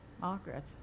Margaret